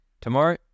Tomorrow